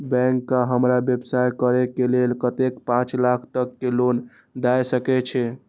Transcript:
Bank का हमरा व्यवसाय करें के लेल कतेक पाँच लाख तक के लोन दाय सके छे?